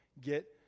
get